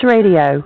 Radio